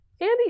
Andy